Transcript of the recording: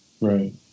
right